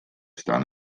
staan